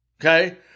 Okay